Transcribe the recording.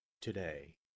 today